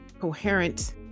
coherent